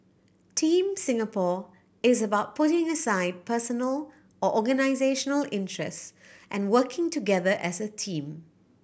Team Singapore is about putting aside personal or organisational interest and working together as a team